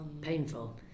painful